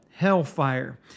Hellfire